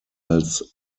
als